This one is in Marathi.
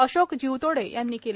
अशोक जीवतोडे यांनी केले